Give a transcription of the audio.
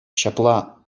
ҫапла